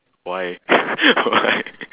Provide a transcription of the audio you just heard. why why